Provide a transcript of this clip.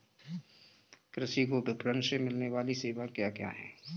कृषि को विपणन से मिलने वाली सेवाएँ क्या क्या है